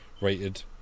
rated